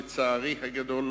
לצערי הגדול,